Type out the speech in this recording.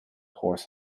horse